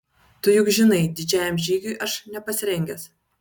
tu juk žinai didžiajam žygiui aš nepasirengęs